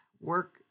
work